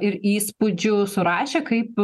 ir įspūdžių surašė kaip